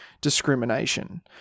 discrimination